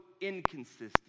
inconsistent